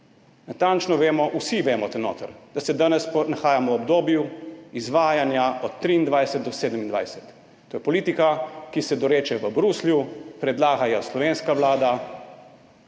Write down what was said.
Natančno vemo, vsi tukaj vemo, da se danes nahajamo v obdobju izvajanja od 2023 do 2027, to je politika, ki se doreče v Bruslju, predlaga jo slovenska vlada.